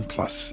Plus